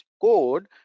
code